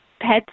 pets